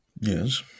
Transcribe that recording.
Yes